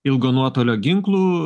ilgo nuotolio ginklų